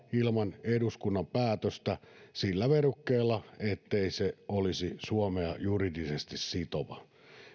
ilman eduskunnan päätöstä sillä verukkeella ettei se olisi suomea juridisesti sitova